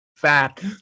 Fat